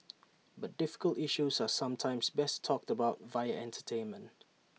but difficult issues are sometimes best talked about via entertainment